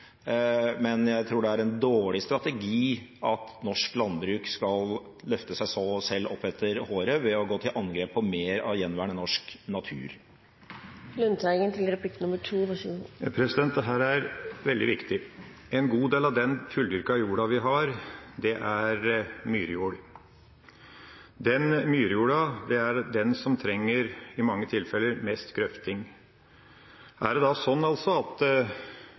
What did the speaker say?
Men jeg tror det er en dårlig strategi at norsk landbruk skal løfte seg selv oppetter håret ved å gå til angrep på mer av gjenværende norsk natur. Dette er veldig viktig. En god del av den fulldyrkede jorda vi har, er myrjord. Den myrjorda er den som trenger, i mange tilfeller, mest grøfting. Er det da altså slik at